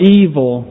evil